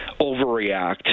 overreact